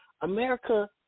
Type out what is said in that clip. America